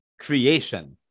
creation